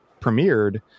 premiered